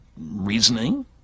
reasoning